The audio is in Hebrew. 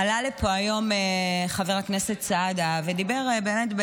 עלה לפה היום חבר הכנסת סעדה ודיבר באמת,